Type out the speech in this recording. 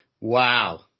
wow